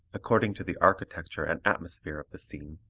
according to the architecture and atmosphere of the scene,